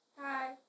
Hi